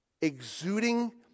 exuding